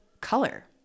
color